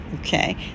okay